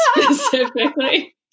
specifically